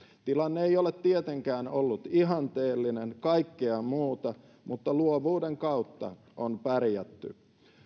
tilanne ei ole tietenkään ollut ihanteellinen kaikkea muuta mutta luovuuden kautta on pärjätty